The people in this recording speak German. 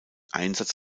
einsatz